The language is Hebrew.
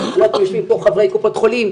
אני לא יודעת אם יושבים פה חברי קופות חולים,